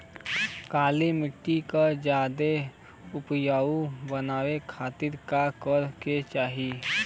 काली माटी के ज्यादा उपजाऊ बनावे खातिर का करे के चाही?